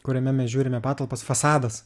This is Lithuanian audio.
kuriame mes žiūrime patalpas fasadas